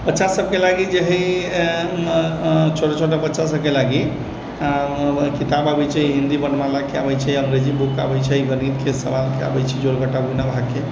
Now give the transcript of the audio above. बच्चा सभके लागि जे हइ छोट छोट बच्चा सभ लागि किताब अबैत छै हिन्दी वर्णमालाके आबैत छै अँग्रेजी बुक आबैत छै गणितके सवालके आबैत छै जोड़ घटाव गुणा भागके